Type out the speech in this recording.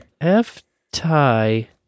F-tie